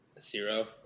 zero